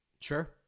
Sure